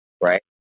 right